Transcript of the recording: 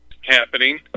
happening